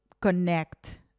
connect